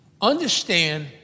Understand